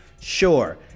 Sure